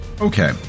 Okay